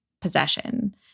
Possession